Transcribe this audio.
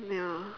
ya